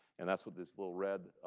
and that's what these little red